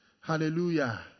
Hallelujah